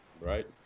Right